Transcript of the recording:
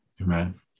Amen